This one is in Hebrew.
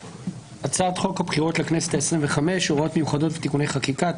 הצעת חוק הבחירות לכנסת העשרים וחמש )הוראות מיוחדות ותיקוני חקיקה(,